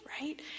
right